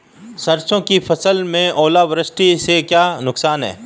सरसों की फसल में ओलावृष्टि से क्या नुकसान है?